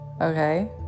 okay